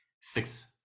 six